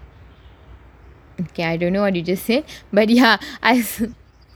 okay I don't know what you just said by ya